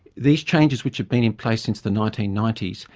these changes which have been in place since the nineteen ninety s,